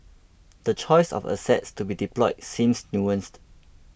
the choice of assets to be deployed seems nuanced